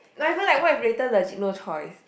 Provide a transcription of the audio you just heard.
whatever like what if later legit no choice